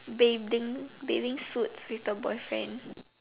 bathing bathing suits with the boyfriend